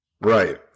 Right